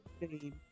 name